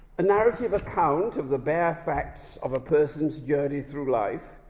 a narrative account of the bare facts of a person's journey through life,